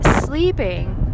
sleeping